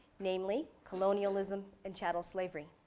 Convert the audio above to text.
namely colonialism, and chattel slavery.